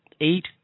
eight